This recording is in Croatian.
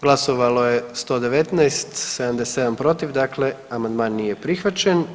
Glasovalo je 119, 77 protiv, dakle amandman nije prihvaćen.